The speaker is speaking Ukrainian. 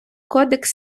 кодекс